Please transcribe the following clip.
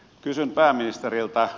kysyn pääministeriltä